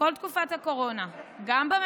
אדוני היושב-ראש,